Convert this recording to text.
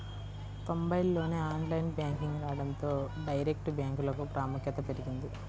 తొంబైల్లోనే online banking రావడంతో direct బ్యాంకులకు ప్రాముఖ్యత పెరిగింది